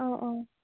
অঁ অঁ